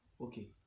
Okay